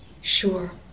Sure